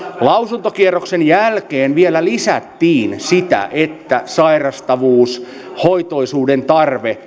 lausuntokierroksen jälkeen vielä lisättiin sitä että sairastavuus hoitoisuuden tarve